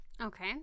Okay